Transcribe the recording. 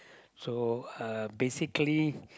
so uh basically